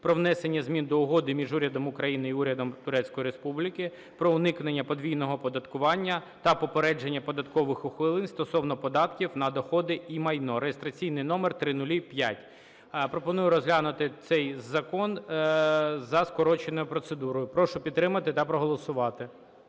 про внесення змін до Угоди між Урядом України і Урядом Турецької Республіки про уникнення подвійного оподаткування та попередження податкових ухилень стосовно податків на доходи і майно (реєстраційний номер 0005). Пропоную розглянути цей закон за скороченою процедурою. Прошу підтримати та проголосувати.